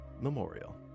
Memorial